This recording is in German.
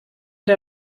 der